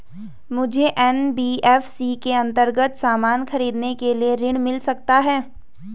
मुझे एन.बी.एफ.सी के अन्तर्गत सामान खरीदने के लिए ऋण मिल सकता है?